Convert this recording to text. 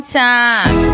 time